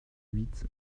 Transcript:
huit